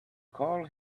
call